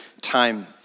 time